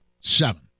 seven